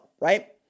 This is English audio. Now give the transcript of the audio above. right